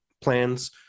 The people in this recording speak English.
plans